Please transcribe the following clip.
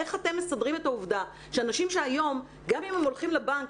איך אתם מסדרים את העובדה שאנשים שהיום גם אם הם הולכים לבנק,